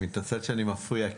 אני מתנצל שאני מפריע.